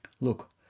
Look